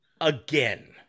again